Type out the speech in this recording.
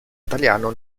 italiano